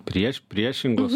prieš priešingos